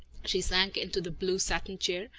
she sank into the blue satin chair,